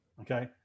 okay